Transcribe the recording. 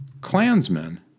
Klansmen